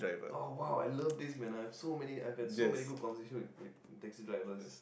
oh !wow! I love this man I have so many I have had so many good conversations with with taxi drivers